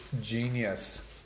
genius